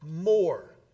more